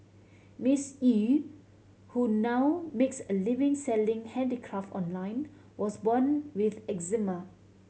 Miss Eu who now makes a living selling handicraft online was born with eczema